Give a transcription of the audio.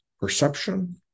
perception